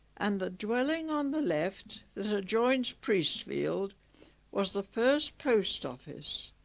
and the dwelling on the left that adjoins priestfield was the first post office.